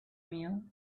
meal